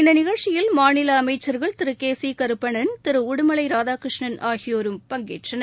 இந்த நிகழ்ச்சியில் மாநில அமைச்சர்கள் திரு கே சி கருப்பணன் திரு உடுமலை ராதாகிருஷ்ணன் ஆகியோரும் பங்கேற்றனர்